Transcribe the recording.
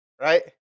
right